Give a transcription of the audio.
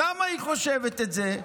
למה היא חושבת את זה?